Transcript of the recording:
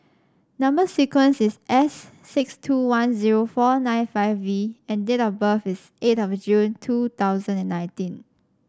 number sequence is S six two one zero four nine five V and date of birth is eight of June two thousand and nineteen